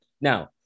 Now